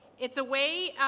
it's a way,